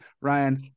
Ryan